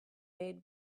made